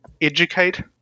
educate